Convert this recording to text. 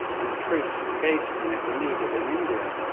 and the troops engaged in it were needed in india.